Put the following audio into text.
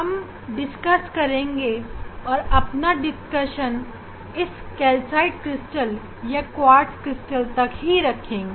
हम अपनी चर्चा को कैल्साइट क्रिस्टल और क्वार्ट्ज क्रिस्टल तक रखेंगे